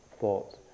thoughts